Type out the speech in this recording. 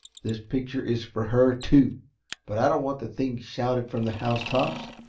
this picture is for her, too but i don't want the thing shouted from the housetops.